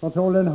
Kontrollen